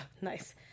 nice